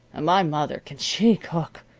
and my mother can she cook!